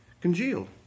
congealed